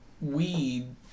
weed